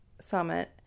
Summit